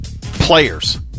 players